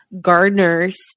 Gardeners